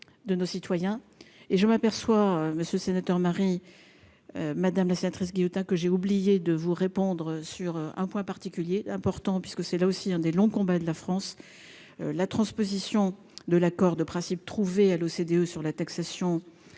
de nos citoyens et je m'aperçois monsieur sénateur Marie madame la sénatrice Guillotin, que j'ai oublié de vous répondre sur un point particulier important puisque c'est là aussi, hein, des longs combats de la France, la transposition de l'accord de principe trouvé à l'OCDE sur la taxation